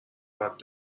راحت